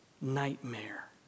nightmare